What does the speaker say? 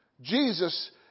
Jesus